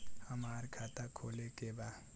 हमार खाता खोले के बा?